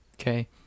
Okay